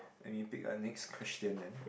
let me pick a next question then